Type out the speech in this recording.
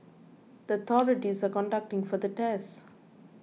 the authorities are conducting further tests